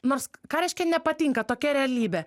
nors ką reiškia nepatinka tokia realybė